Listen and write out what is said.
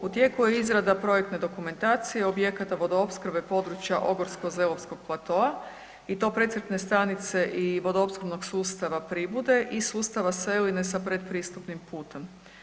U tijeku je izrada projektne dokumentacije objekata vodoopskrbe područja Ogorsko-Zelovskog platoa i to precrpne stanice i vodoopskrbnog sustava Pribude i sustava Seline sa pretpristupnim putom.